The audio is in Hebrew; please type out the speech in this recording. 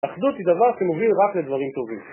אחדות היא דבר שמוביל רק לדברים טובים